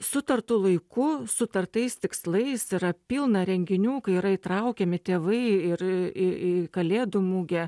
sutartu laiku sutartais tikslais yra pilna renginių kai yra įtraukiami tėvai ir į į į kalėdų mugę